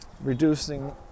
reducing